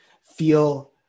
feel